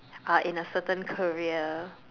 are in a certain career